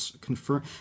confirm